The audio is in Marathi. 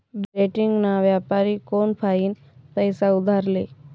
डेट्रेडिंगमा व्यापारी कोनफाईन पैसा उधार ले